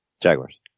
Jaguars